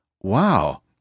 Wow